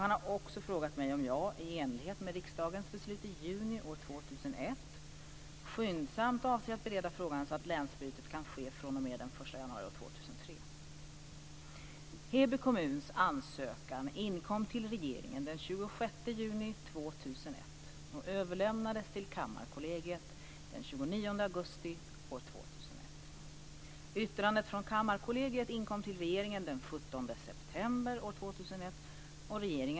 Han har också frågat mig om jag, i enlighet med riksdagens beslut i juni 2001, skyndsamt avser att bereda frågan så att länsbytet kan ske fr.o.m. den 1 januari 2003. 2001 och regeringen fattade beslut i ärendet den 11 oktober 2001.